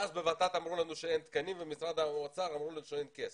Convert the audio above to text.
ואז בוות"ת אמרו לנו שאין תקנים ובמשרד האוצר אמרו לנו שאין כסף.